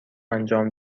انجام